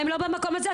הם לא במקום הזה.